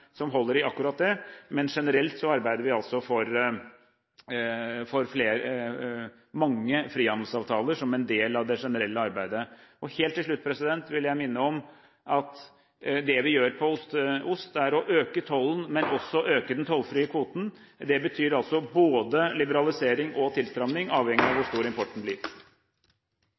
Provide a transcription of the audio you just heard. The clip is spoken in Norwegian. som holder i akkurat det. Men vi arbeider altså for mange frihandelsavtaler som en del av det generelle arbeidet. Helt til slutt vil jeg minne om at det vi gjør på ost, er å øke tollen, men også å øke den tollfrie kvoten. Det betyr altså både liberalisering og tilstramming, avhengig av hvor stor importen blir.